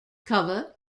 cover